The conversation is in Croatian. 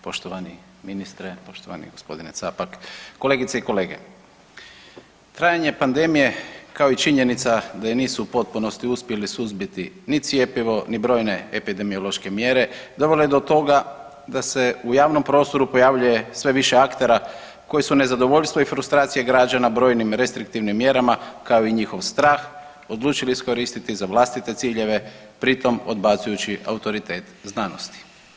Poštovani ministre, poštovani gospodine Capak, kolegice i kolege, trajanje pandemije kao i činjenica da je nisu u potpunosti uspjeli suzbiti ni cjepivo ni brojne epidemiološke mjere dovelo je do toga da se u javnom prostoru pojavljuje sve više aktera koji su nezadovoljstvo i frustracije građana brojnim restriktivnim mjerama kao i njihov strah odlučili iskoristiti za vlastite ciljeve pri tom odbacujući autoritet znanosti.